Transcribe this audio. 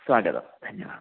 स्वागतं धन्यवादः